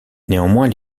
néanmoins